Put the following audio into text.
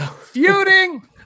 feuding